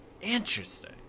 Interesting